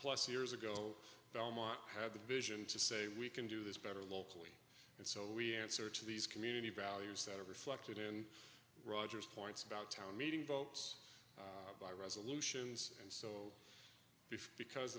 plus years ago belmont had the vision to say we can do this better locally and so we answer to these community values that are reflected in roger's points about town meeting votes by resolutions and so be